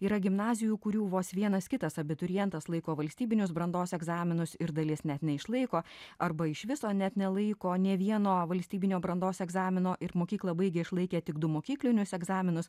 yra gimnazijų kurių vos vienas kitas abiturientas laiko valstybinius brandos egzaminus ir dalies net neišlaiko arba iš viso net nelaiko nė vieno valstybinio brandos egzamino ir mokyklą baigia išlaikę tik du mokyklinius egzaminus